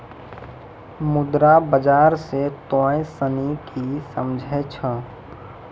मुद्रा बाजार से तोंय सनि की समझै छौं?